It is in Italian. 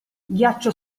ghiaccio